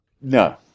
No